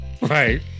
right